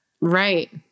Right